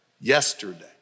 yesterday